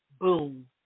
boom